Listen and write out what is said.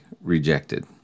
rejected